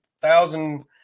thousand